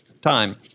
time